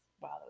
Wow